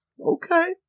okay